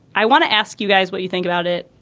i want to ask you guys what you think about it.